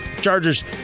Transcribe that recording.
Chargers